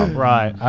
right.